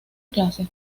clase